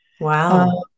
Wow